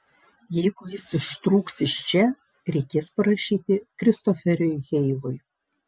jeigu jis ištrūks iš čia reikės parašyti kristoferiui heilui